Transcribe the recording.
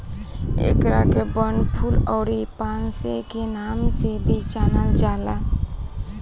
एकरा के वनफूल अउरी पांसे के नाम से भी जानल जाला